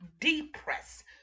depress